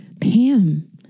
Pam